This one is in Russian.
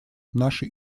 наши